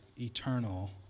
eternal